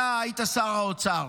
אתה היית שר האוצר,